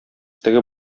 теге